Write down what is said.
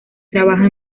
trabaja